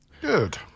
Good